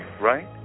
right